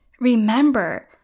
Remember